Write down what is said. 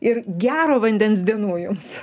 ir gero vandens dienų jums